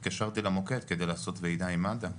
התקשרתי למוקד כדי לעשות וועידה עם מד"א,